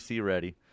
ready